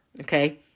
Okay